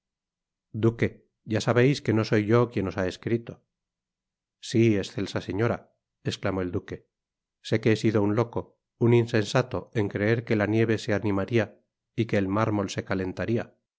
duque ya sabeis que no soy yo quien os ha escrito sí escelsa señora esclamó el duque sé que he sido un loco un insensato en creer que la nieve se animaría y que el mármol se calentaría